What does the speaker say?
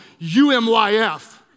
UMYF